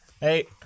Hey